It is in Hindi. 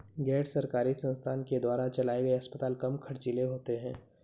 गैर सरकारी संस्थान के द्वारा चलाये गए अस्पताल कम ख़र्चीले होते हैं